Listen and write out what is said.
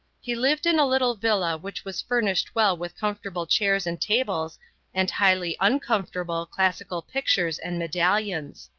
he lived in a little villa which was furnished well with comfortable chairs and tables and highly uncomfortable classical pictures and medallions.